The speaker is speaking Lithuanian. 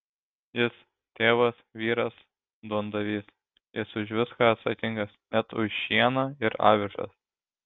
jis tėvas vyras duondavys jis už viską atsakingas net už šieną ir avižas